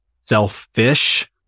selfish